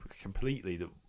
completely